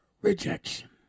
rejection